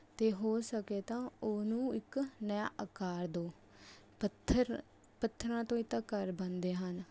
ਅਤੇ ਹੋ ਸਕੇ ਤਾਂ ਉਹਨੂੰ ਇੱਕ ਨਯਾਂ ਆਕਾਰ ਦਓ ਪੱਥਰ ਪੱਥਰਾਂ ਤੋਂ ਹੀ ਤਾਂ ਘਰ ਬਣਦੇ ਹਨ